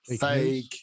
fake